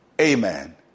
amen